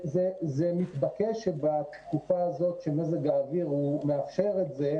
זה מתבקש שבתקופה הזאת שמזג האוויר מאפשר את זה,